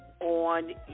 on